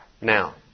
now